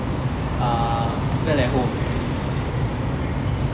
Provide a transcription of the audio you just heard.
err fell at home